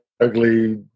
ugly